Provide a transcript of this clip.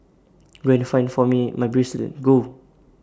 go and find for me my bracelet go